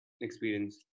experience